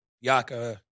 Yaka